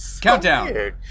Countdown